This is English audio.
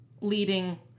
leading